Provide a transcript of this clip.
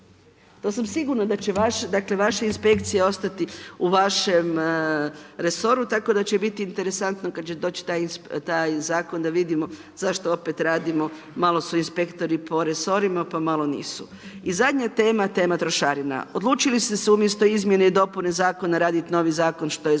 To sam sigurna, da će vaša inspekcija ostati u vašem resoru, tako da će biti interesantno, kada će doći taj zakon, da vidimo zašto opet radimo, malo su inspektori po resorima, pa malo nisu. I zadnja tema, tema trošarina, odlučili ste se umjesto izmjene i dopune zakona raditi novi zakon, što je zapravo